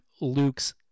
Luke's